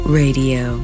radio